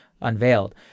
unveiled